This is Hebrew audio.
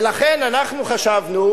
ולכן אנחנו חשבנו,